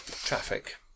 traffic